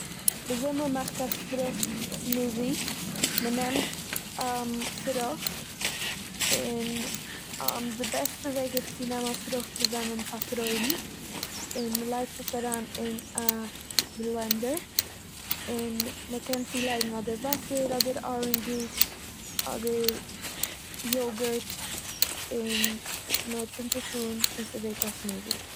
וויזוי מ'מאכט א פרוכט סמודי. מ'נעמט פרוכט און די בעסטע וועג איז צו נעמען פרוכט וואס זענען פארפרוירן און מ'לייגט עס אריין אין א בלענדער, און מ'קען צולייגן אדער וואסער אדער ארענדזש דזשוס אדער יוגערט און מ'צינדט עס אן און ס'ווערט א סמודי.